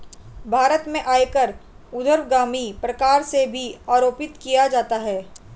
भारत में आयकर ऊर्ध्वगामी प्रकार से आरोपित किया जाता है